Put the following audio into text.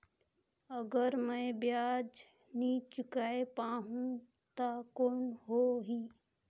अगर मै ब्याज नी चुकाय पाहुं ता कौन हो ही?